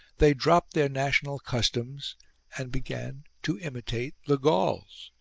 they dropped their national customs and began to imitate the gauls.